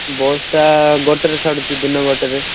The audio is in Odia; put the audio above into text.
ବସ୍ ଟା ଗୋଟେରେ ଛାଡ଼ୁଛି ଦିନ ଗୋଟେରେ